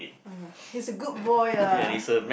he's a good boy lah